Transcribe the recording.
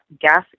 gas